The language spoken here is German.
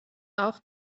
auch